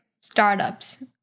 startups